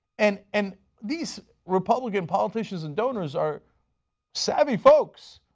and and these republican politicians and donors are savvy folks.